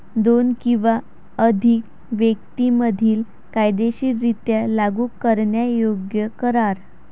दोन किंवा अधिक व्यक्तीं मधील कायदेशीररित्या लागू करण्यायोग्य करार